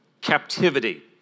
captivity